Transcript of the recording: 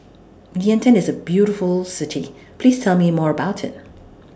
Vientiane IS A very beautiful City Please Tell Me More about IT